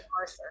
Arthur